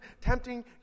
tempting